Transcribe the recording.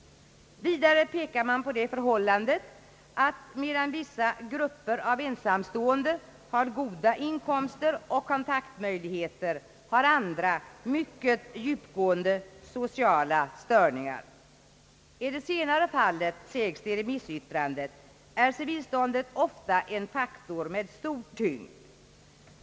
Vidare pekar man på det förhållandet att medan vissa grup Ang. åtgärder till hjälp åt ensamstående per av ensamstående har goda inkomster och kontaktmöjligheter, har andra mycket djupgående sociala störningar. I det senare fallet, sägs det i remissyttrandet, är civilståndet ofta en faktor med stor tyngd.